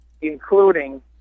including